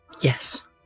Yes